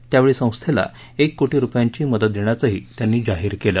यावेळी संस्थेला एक कोटी रुपयांची मदत देण्याचं त्यांनी जाहीर केलं